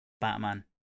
Batman